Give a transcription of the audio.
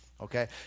Okay